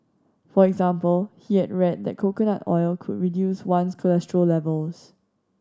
for example he had read that coconut oil could reduce one's cholesterol levels